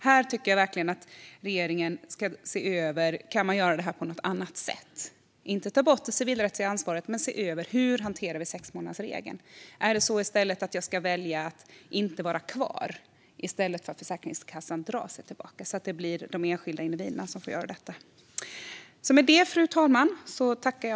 Jag tycker verkligen att regeringen ska se över om man kan göra detta på något annat sätt. Det handlar inte om att ta bort det civilrättsliga ansvaret, men man bör se över hur vi hanterar sexmånadersregeln. Är det så att människor ska välja att inte vara kvar i stället för att Försäkringskassan drar sig tillbaka, så att det blir de enskilda individerna som får göra detta?